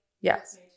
Yes